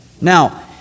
Now